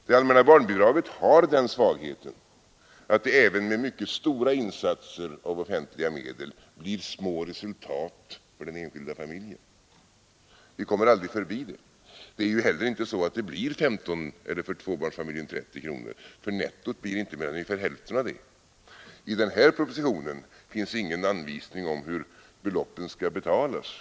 Det allmänna barnbidraget har den svagheten att det även med mycket stora insatser av offentliga medel ger små resultat för den enskilda familjen. Vi kommer aldrig förbi det. Det blir inte heller 15 kronor, eller för tvåbarnsfamiljen 30 kronor, för nettot blir inte mer än ungefär hälften. I den föreliggande propositionen finns ingen anvisning om hur beloppen skall betalas.